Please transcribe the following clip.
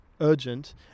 urgent